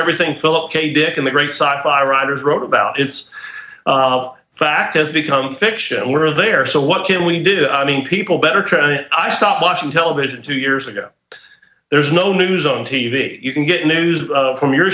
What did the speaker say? everything philip k dick and the great sidebar writers wrote about it's fact it's become fiction and we're there so what can we do i mean people better i stopped watching television two years ago there's no news on t v you can get news from your